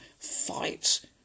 fights